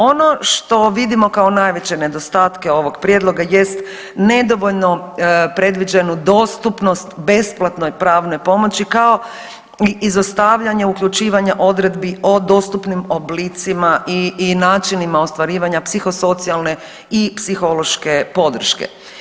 Ono što vidimo kao najveće nedostatke ovog prijedloga jest nedovoljno predviđenu dostupnost besplatnoj pravnoj pomoći kao i izostavljanje uključivanja odredbi o dostupnim oblicima i načinima ostvarivanja psihosocijalne i psihološke podrške.